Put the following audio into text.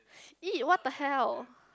!eee! what the hell